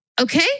Okay